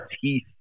teeth